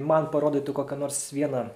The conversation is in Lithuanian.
man parodytų kokį nors vieną